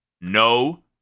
no